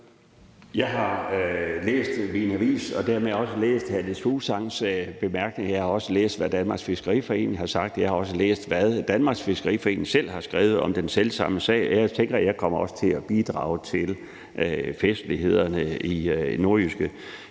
Jeg har læst min avis og dermed også læst hr. Niels Fuglsangs bemærkninger. Jeg har også læst, hvad Danmarks Fiskeriforening har sagt, jeg har også læst, hvad Danmarks Fiskeriforening selv har skrevet om den selv samme sag, og jeg tænker, at jeg også kommer til at bidrage til festlighederne i